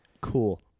Cool